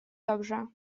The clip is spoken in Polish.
dobrze